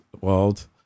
world